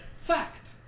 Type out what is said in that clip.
Fact